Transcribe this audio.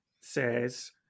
says